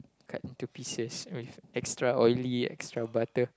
cut into pieces with extra oily extra butter